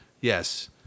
Yes